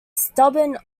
stubborn